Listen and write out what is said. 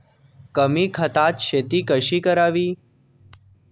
कमी खतात शेती कशी करावी?